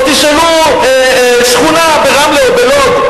או תשאלו שכונה ברמלה או בלוד,